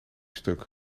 stuk